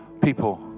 people